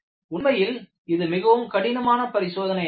உண்மையில் இது மிகவும் கடினமான பரிசோதனையாகும்